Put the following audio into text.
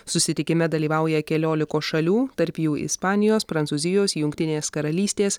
susitikime dalyvauja keliolikos šalių tarp jų ispanijos prancūzijos jungtinės karalystės